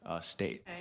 state